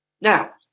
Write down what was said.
Now